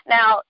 Now